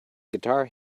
guitar